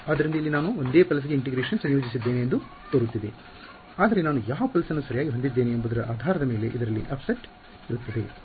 ಆದ್ದರಿಂದ ಇಲ್ಲಿ ನಾನು ಅದೇ ಪಲ್ಸ್ ಗೆ ಇಂಟಿಗ್ರೇಷನ್ ಸಂಯೋಜಿಸುತ್ತಿದ್ದೇನೆ ಎಂದು ತೋರುತ್ತಿದೆ ಆದರೆ ನಾನು ಯಾವ ಪಲ್ಸ್ ನ್ನು ಸರಿಯಾಗಿ ಹೊಂದಿದ್ದೇನೆ ಎಂಬುದರ ಆಧಾರದ ಮೇಲೆ ಇದರಲ್ಲಿ ಆಫ್ಸೆಟ್ ಇರುತ್ತದೆ